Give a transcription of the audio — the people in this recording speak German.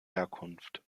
herkunft